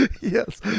Yes